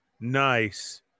nice